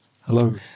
Hello